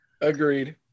Agreed